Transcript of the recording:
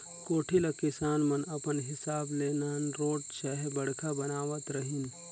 कोठी ल किसान मन अपन हिसाब ले नानरोट चहे बड़खा बनावत रहिन